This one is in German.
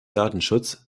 datenschutz